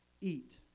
eat